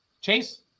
Chase